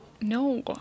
No